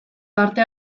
parte